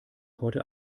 heute